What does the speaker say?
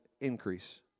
increase